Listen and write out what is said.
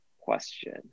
question